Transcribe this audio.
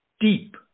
deep